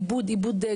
הרבה עיבוד גבוה,